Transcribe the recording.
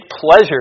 pleasure